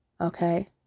okay